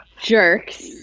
jerks